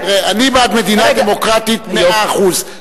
אני בעד מדינה דמוקרטית מאה אחוז,